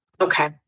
Okay